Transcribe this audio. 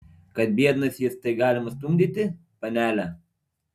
kad biednas jis tai galima stumdyti panele